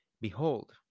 behold